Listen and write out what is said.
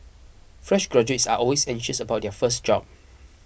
fresh graduates are always anxious about their first job